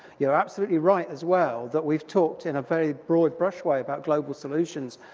you're absolutely right as well that we've talked in a very broad brush way about global solutions,